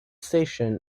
station